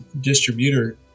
distributor